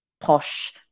posh